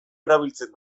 erabiltzen